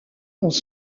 dans